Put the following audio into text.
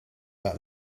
that